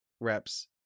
reps